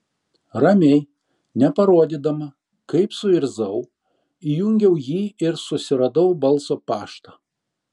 ramiai neparodydama kaip suirzau įjungiau jį ir susiradau balso paštą